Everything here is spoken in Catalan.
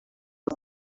els